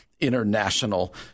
International